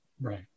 Right